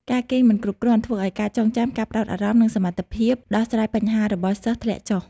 ការគេងមិនគ្រប់គ្រាន់ធ្វើឱ្យការចងចាំ ការផ្តោតអារម្មណ៍ និងសមត្ថភាពដោះស្រាយបញ្ហារបស់សិស្សធ្លាក់ចុះ។